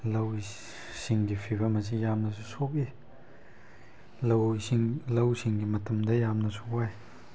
ꯂꯧ ꯁꯤꯡꯒꯤ ꯐꯤꯕꯝ ꯑꯁꯤ ꯌꯥꯝꯅꯁꯨ ꯁꯣꯛꯏ ꯂꯧ ꯏꯁꯤꯡ ꯂꯧ ꯁꯤꯡꯒꯤ ꯃꯇꯝꯗ ꯌꯥꯝꯅꯁꯨ ꯋꯥꯏ